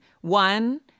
One